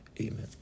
amen